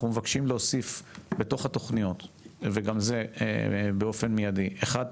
אנחנו מבקשים להוסיף בתוך התוכניות וזה באופן מידי: א' את